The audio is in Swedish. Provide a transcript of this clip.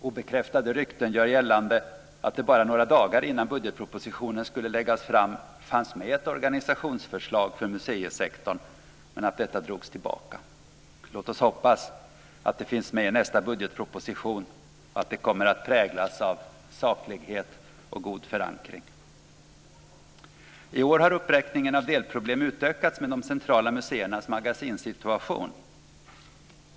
Obekräftade rykten gör gällande att det bara några dagar innan budgetpropositionen skulle läggas fram fanns med ett organisationsförslag för museisektorn men att detta drogs tillbaka. Låt oss hoppas att det finns med i nästa budgetproposition och att det kommer att präglas av saklighet och god förankring. I år har uppräkningen av delproblem utökats med de centrala museernas magasinssituation.